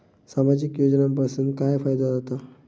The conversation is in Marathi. सामाजिक योजनांपासून काय फायदो जाता?